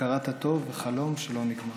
הכרת הטוב וחלום שלא נגמר.